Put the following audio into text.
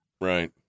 Right